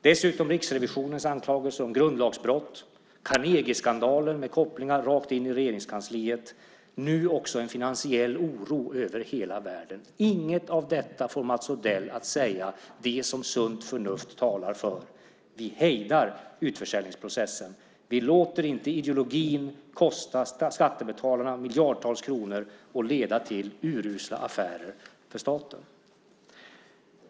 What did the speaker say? Dessutom har vi Riksrevisionens anklagelse om grundlagsbrott, Carnegieskandalen med kopplingar rakt in i Regeringskansliet och nu också en finansiell oro över hela världen. Inget att detta får Mats Odell att säga det som sunt förnuft talar för: Vi hejdar utförsäljningsprocessen. Vi låter inte ideologin kosta skattebetalarna miljardtals kronor och leda till urusla affärer för staten.